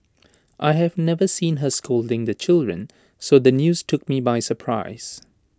I have never seen her scolding the children so the news took me by surprise